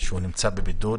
שנמצא בבידוד,